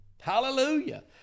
Hallelujah